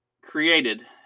created